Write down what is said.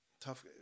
Tough